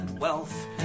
wealth